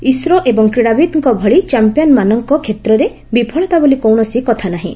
ISRO ଏବଂ କ୍ରୀଡ଼ାବିତ୍ଙ୍କ ଭଳି ଚାମ୍ପିୟନମାନଙ୍କ କ୍ଷେତ୍ରରେ ବିଫଳତା ବୋଲି କୌଣସି କଥା ନାହିଁ